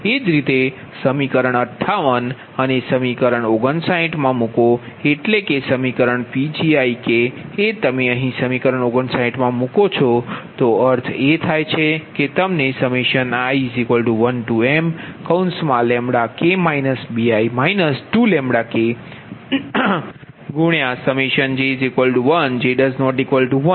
એજ રીતે સમીકરણ 58 ને સમીકરણ 59 માં મૂકો એટલે કે આ સમીકરણ Pgi એ તમે અહીં સમીકરણ 59 મૂકો છો તો અર્થ એ છે કે તમનેi1m bi 2j1j≠imBijPgj2diBiiPLPLoss